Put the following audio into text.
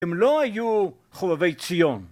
הם לא היו חובבי ציון.